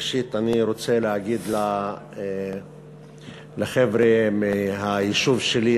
ראשית אני רוצה להגיד לחבר'ה מהיישוב שלי,